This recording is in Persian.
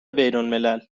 بینالملل